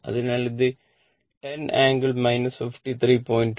അതിനാൽ ഇത് 10 ∟ 53